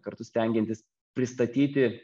kartu stengiantis pristatyti